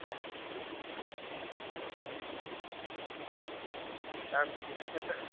হ্যাঁ স্যার কুড়ি বাইশ হাজার টাকা